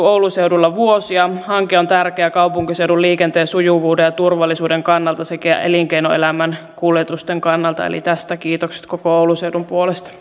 oulun seudulla vuosia hanke on tärkeä kaupunkiseudun liikenteen sujuvuuden ja turvallisuuden kannalta sekä elinkeinoelämän kuljetusten kannalta eli tästä kiitokset koko oulun seudun puolesta